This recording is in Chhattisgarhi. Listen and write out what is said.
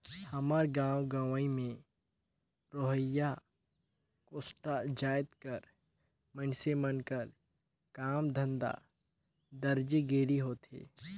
हमर गाँव गंवई में रहोइया कोस्टा जाएत कर मइनसे मन कर काम धंधा दरजी गिरी होथे